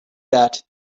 that